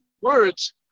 words